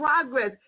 progress